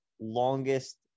longest